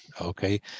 Okay